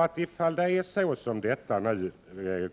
Om detta förslag nu